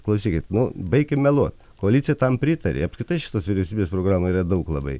klausykit nu baikim meluot koalicija tam pritarė apskritai šitos vyriausybės programų yra daug labai